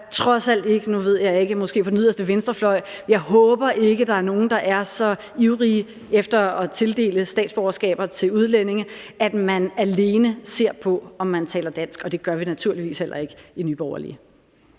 trods alt ikke nogen vil – nu ved jeg ikke, måske på den yderste venstrefløj. Men jeg håber ikke, der er nogen, der er så ivrige efter at tildele statsborgerskaber til udlændinge, at man alene ser på, om de taler dansk. Det gør vi naturligvis heller ikke i Nye Borgerlige.